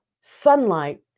sunlight